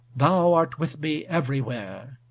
thou art with me everywhere!